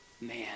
Man